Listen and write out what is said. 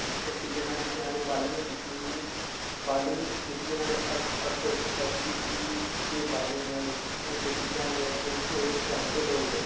इस पिच्छै में दिक्खना एह्दी बॉलिंग गै दिक्खनी बॉलिंग दिक्खियै न्हाड़े हत्थै च दिक्खी के केह् बॉलिंग ऐ न्हाड़ी हून ते बिच्चा इस दो स्टैप गै त्रोड़ी ओड़े